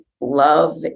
love